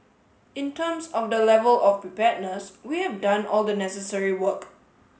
in terms of the level of preparedness we have done all the necessary work